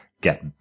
Get